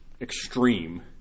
extreme